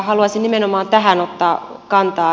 haluaisin nimenomaan tähän ottaa kantaa